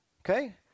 okay